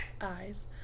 Eyes